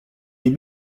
les